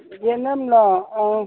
ꯌꯦꯅꯝꯂꯣ ꯑꯥ